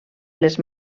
les